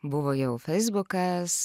buvo jau feisbukas